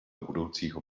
budoucího